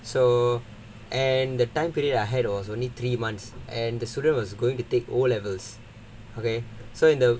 so and the time period I had was only three months and the student was going to take O levels okay so in the